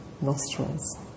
nostrils